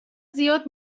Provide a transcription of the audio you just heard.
زیاد